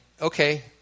okay